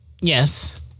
Yes